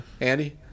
Andy